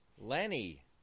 Lenny